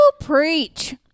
preach